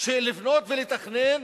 לבנות ולתכנן